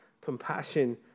compassion